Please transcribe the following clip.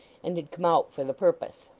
and had come out for the purpose.